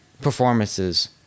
performances